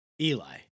Eli